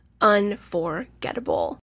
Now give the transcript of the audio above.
Unforgettable